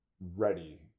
ready